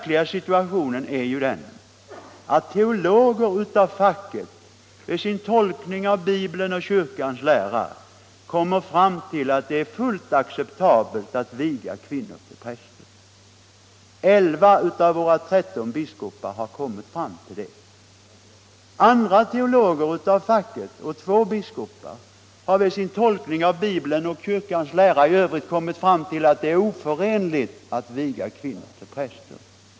Läget är ju det att teologer av facket vid sin tolkning av Bibeln och kyrkans lära kommit fram till att det är fullt acceptabelt att viga kvinnor till präster. Av våra 13 biskopar har 11 kommit fram till detta. Andra teologer av facket och två biskopar har vid sin tolkning av Bibeln och kyrkans lära i övrigt kommit fram till att det är omöjligt att viga kvinnor till präster.